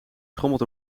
schommelt